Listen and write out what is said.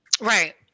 Right